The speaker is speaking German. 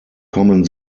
kommen